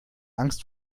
angst